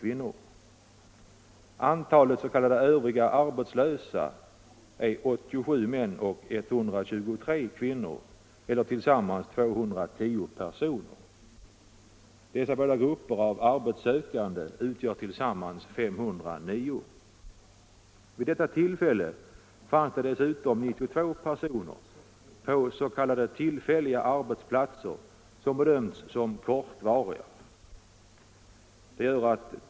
Vid detta tillfälle fanns dessutom 92 personer på s.k. tillfälliga arbetsplatser som bedömts som kortvariga.